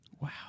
Wow